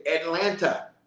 Atlanta